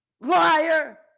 Liar